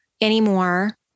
anymore